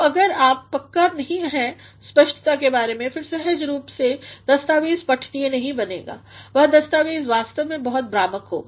तो अगर आप पक्का नहीं हैं स्पष्टता के बारे में फिर सहज रूप में दस्तावेज़ पठनीय नहीं बनेगा वह दस्तावेज़ वास्तव में बहुत भ्रामक होगा